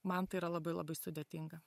man tai yra labai labai sudėtinga